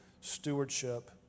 stewardship